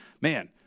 man